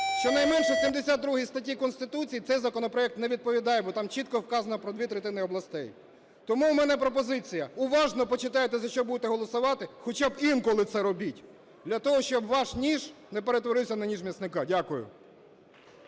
Щонайменше 72 статті Конституції цей законопроект не відповідає, бо там чітко вказано про дві третини областей. Тому в мене пропозиція. Уважно почитайте, за що будете голосувати, хоча б інколи це робіть, для того, щоб ваш ніж не перетворився на ніж м'ясника. Дякую.